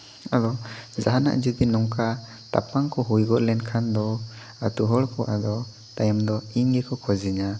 ᱟᱫᱚ ᱡᱟᱦᱟᱱᱟᱜ ᱡᱩᱫᱤ ᱱᱚᱝᱠᱟ ᱛᱟᱯᱟᱢ ᱠᱚ ᱦᱩᱭᱩ ᱜᱚᱫ ᱞᱮᱱᱠᱷᱟᱱ ᱫᱚ ᱟᱛᱳ ᱦᱚᱲ ᱠᱚ ᱟᱫᱚ ᱛᱟᱭᱚᱢ ᱫᱚ ᱤᱧ ᱜᱮᱠᱚ ᱠᱷᱚᱡᱤᱧᱟ